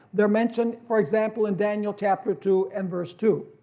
they're mentioned for example in daniel chapter two and verse two.